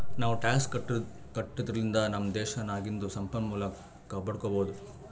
ನಾವೂ ಟ್ಯಾಕ್ಸ್ ಕಟ್ಟದುರ್ಲಿಂದ್ ನಮ್ ದೇಶ್ ನಾಗಿಂದು ಸಂಪನ್ಮೂಲ ಕಾಪಡ್ಕೊಬೋದ್